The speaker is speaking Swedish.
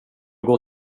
går